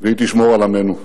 והיא תשמור על עמנו.